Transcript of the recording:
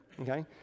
okay